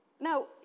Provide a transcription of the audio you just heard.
now